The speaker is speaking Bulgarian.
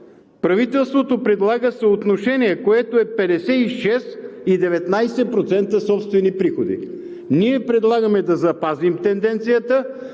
правителството предлага съотношение, което е 56,19% собствени приходи, а ние предлагаме да запазим тенденцията